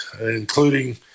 including